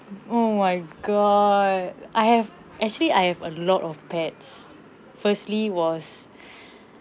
oh my god I have actually I have a lot of pets firstly was